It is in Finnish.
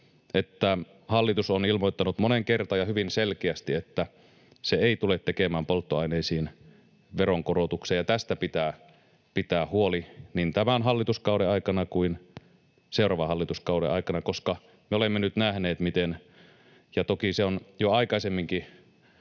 että hallitus on ilmoittanut moneen kertaan ja hyvin selkeästi, että se ei tule tekemään polttoaineisiin veronkorotuksia, ja tästä pitää pitää huoli niin tämän hallituskauden aikana kuin seuraavan hallituskauden aikana, koska me olemme nyt nähneet — ja toki se on jo aikaisemminkin